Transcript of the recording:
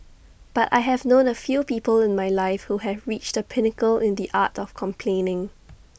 but I have known A few people in my life who have reached the pinnacle in the art of complaining